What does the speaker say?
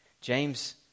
James